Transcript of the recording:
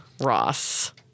Ross